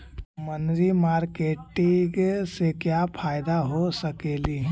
मनरी मारकेटिग से क्या फायदा हो सकेली?